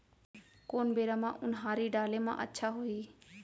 कोन बेरा म उनहारी डाले म अच्छा होही?